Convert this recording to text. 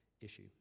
issue